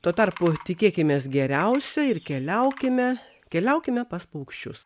tuo tarpu tikėkimės geriausio ir keliaukime keliaukime pas paukščius